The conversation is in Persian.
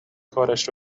کارش